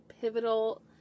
pivotal